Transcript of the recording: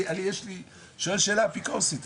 אני שואל שאלה אפיקורסית,